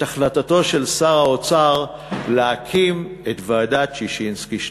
החלטתו של שר האוצר להקים את ועדת ששינסקי 2,